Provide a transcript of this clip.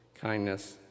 kindness